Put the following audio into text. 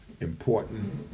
important